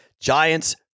Giants